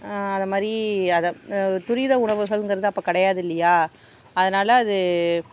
அதை மாதிரி அதை துரித உணவுகள்ங்கிறது அப்போ கிடையாது இல்லையா அதனால் அது